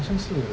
好像是